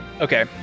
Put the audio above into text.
Okay